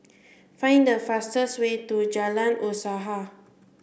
find the fastest way to Jalan Usaha